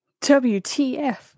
WTF